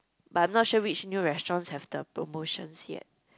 but I'm not sure which new restaurant have the promotions yet